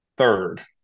third